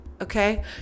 Okay